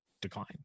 decline